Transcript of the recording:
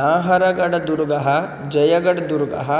नाहरगढदुर्गं जयगड्दुर्गं